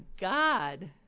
God